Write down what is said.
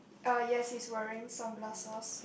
uh yes he's wearing sunglasses